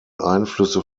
einflüsse